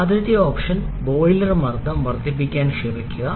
ആദ്യത്തെ option boiler മർദ്ദം വർദ്ധിപ്പിക്കാൻ ശ്രമിക്കുക